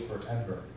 forever